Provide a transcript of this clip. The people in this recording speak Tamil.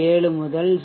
7 முதல் 0